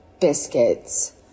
biscuits